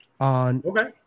Okay